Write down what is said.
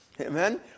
Amen